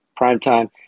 primetime